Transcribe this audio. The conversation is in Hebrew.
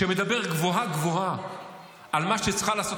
שמדבר גבוהה-גבוהה על מה שצריכה לעשות